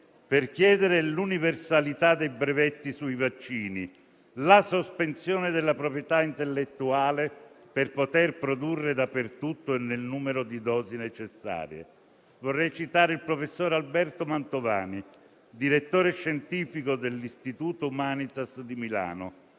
per chiedere l'universalità dei brevetti sui vaccini e la sospensione della proprietà intellettuale per poter produrre dappertutto e nel numero di dosi necessarie. Vorrei citare il professor Alberto Mantovani, direttore scientifico dell'Istituto Humanitas di Milano: